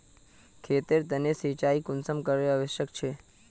खेतेर तने सिंचाई कुंसम करे आवश्यक छै?